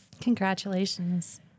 Congratulations